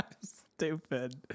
Stupid